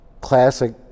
classic